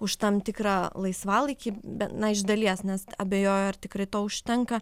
už tam tikrą laisvalaikį be na iš dalies nes abejoju ar tikrai to užtenka